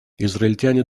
израильтяне